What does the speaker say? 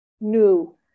new